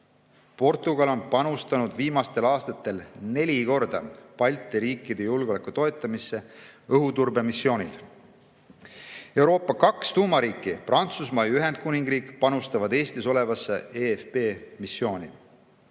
Portugal on viimastel aastatel neli korda panustanud Balti riikide julgeoleku toetamisse õhuturbemissioonil. Euroopa kaks tuumariiki, Prantsusmaa ja Ühendkuningriik, panustavad Eestis olevasse eFP missiooni.